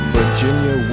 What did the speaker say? Virginia